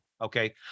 okay